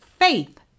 faith